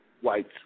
white